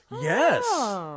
Yes